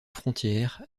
frontières